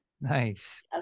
nice